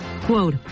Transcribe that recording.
Quote